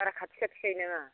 बारा खाथि खाथि गायनाङा